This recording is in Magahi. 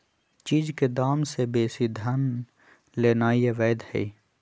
चीज के दाम से बेशी धन लेनाइ अवैध हई